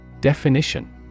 Definition